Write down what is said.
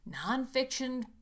nonfiction